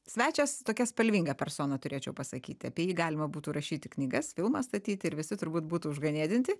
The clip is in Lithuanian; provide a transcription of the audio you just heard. svečias tokia spalvinga persona turėčiau pasakyti apie jį galima būtų rašyti knygas filmą statyti ir visi turbūt būtų užganėdinti